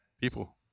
People